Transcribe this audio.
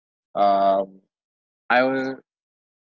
um I will